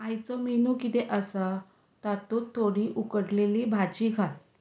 आयचो मेनू कितें आसा तातूंत थोडी उकडलेली भाजी घाल